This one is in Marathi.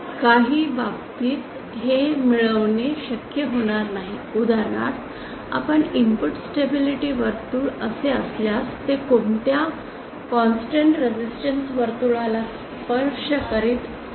काही बाबतीत हे मिळवणे शक्य होणार नाही उदाहरणार्थ आपल् इनपुट स्टेबिलिटी वर्तुळ असे असल्यास ते कोणत्याही कॉन्स्टन्ट रेसिस्टन्स वर्तुळाला स्पर्श करीत नाही